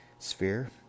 sphere